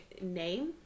name